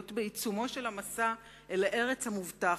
להיות בעיצומו של המסע לארץ המובטחת,